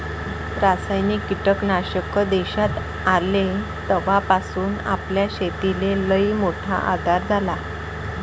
रासायनिक कीटकनाशक देशात आले तवापासून आपल्या शेतीले लईमोठा आधार झाला